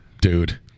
dude